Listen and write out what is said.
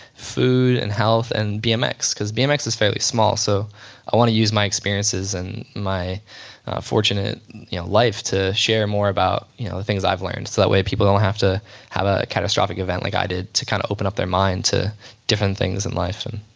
food and health and bmx. because bmx is fairly small so i want to use my experiences and my fortunate life to share more about the things i've learned. so that way people don't have to have a catastrophic event like i did to kind of open up their mind to different things in life. and